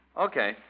Okay